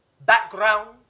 background